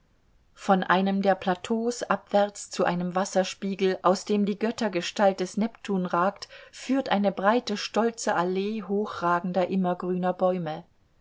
von einem der plateaus abwärts zu einem wasserspiegel aus dem die göttergestalt des neptun ragt führt eine breite stolze allee hochragender immergrüner bäume